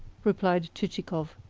replied chichikov.